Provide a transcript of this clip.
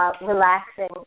relaxing